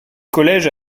collège